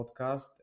podcast